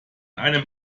einem